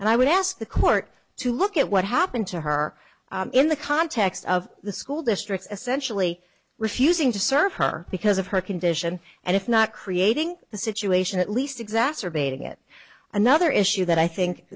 and i would ask the court to look at what happened to her in the context of the school district essentially refusing to serve her because of her condition and if not creating the situation at least exacerbating it another issue that i think